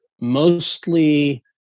mostly